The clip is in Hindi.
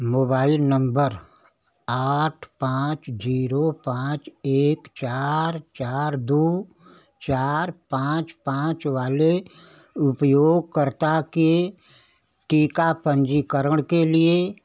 मोबाइल नम्बर आठ पाँच जीरो पाँच एक चार चार दो चार पाँच पाँच वाले उपयोगकर्ता के टीका पंजीकरण के लिए